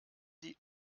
die